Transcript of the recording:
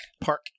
Park